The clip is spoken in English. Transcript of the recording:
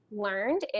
learned